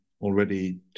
already